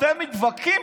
ואתם מתווכחים.